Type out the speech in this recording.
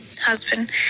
husband